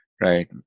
right